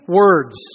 words